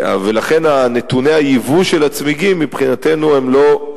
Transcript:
ולכן, נתוני היבוא של הצמיגים, מבחינתנו הם לא,